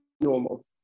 normal